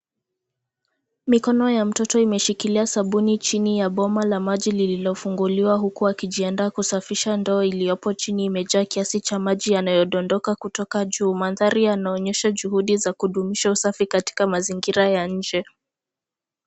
Mikono ya mtoto imeshikilia sabuni chini ya bomba la maji lililofunguliwa huku akijiandaa kusafisha ndoo iliyopo chini imejaa kiasi cha maji yanayodondoka kutoka juu. Mandhari yanaonyesha juhudi za kudumisha usafi katika mazingira ya nje.